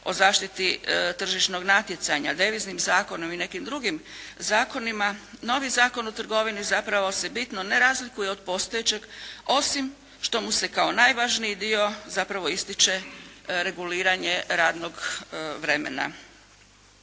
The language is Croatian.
o zaštiti tržišnog natjecanja, deviznim zakonom i nekim drugim zakonima, novi Zakon o trgovini zapravo se bitno ne razlikuje od postojećeg osim što mu se kao najvažniji dio zapravo ističe reguliranje radnog vremena.